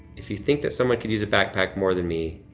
if you think that someone could use a backpack more than me,